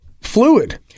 fluid